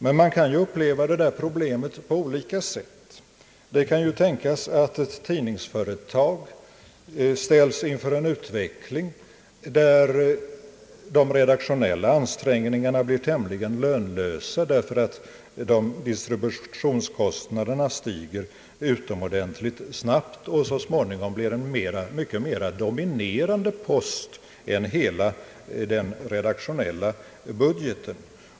Man kan emellertid uppleva dessa problem på olika sätt. Det kan ju tänkas att ett tidningsföretag ställs inför en utveckling, där de redaktionella ansträngningarna blir tämligen lönlösa, därför att distributionskostnaderna = stiger - utomordentligt snabbt och så småningom blir en mycket mera dominerande post än hela den redaktionella budgeten.